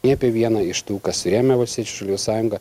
nei apie vieną iš tų kas rėmė valstiečių ir žaliųjų sąjungą